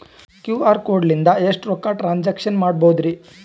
QR code ಲಿಂದ ಎಷ್ಟ ರೊಕ್ಕ ಟ್ರಾನ್ಸ್ಯಾಕ್ಷನ ಮಾಡ್ಬೋದ್ರಿ?